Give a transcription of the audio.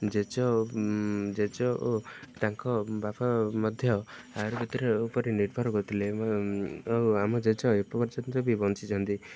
ଜେଜେ ଜେଜେ ଓ ତାଙ୍କ ବାପା ମଧ୍ୟ ଆୟୁର୍ବେଦିକ ଉପରେ ନିର୍ଭର କରିଥିଲେ ଓ ଆମ ଜେଜେ ଏପର୍ଯ୍ୟନ୍ତ ବି ବଞ୍ଚିଛନ୍ତି